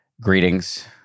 Greetings